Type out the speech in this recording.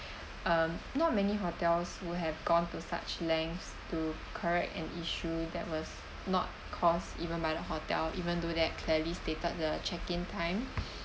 um not many hotels would have gone to such lengths to correct an issue that was not caused even by the hotel even though that clearly stated the check in time